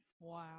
Wow